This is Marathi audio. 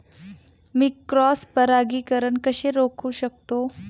मी क्रॉस परागीकरण कसे रोखू शकतो?